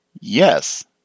Yes